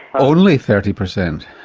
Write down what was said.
only thirty percent?